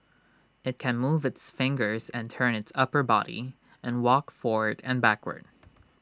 IT can move its fingers and turn its upper body and walk forward and backward